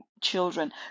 children